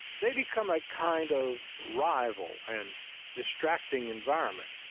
they become a kind of rival and distracting environment.